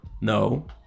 No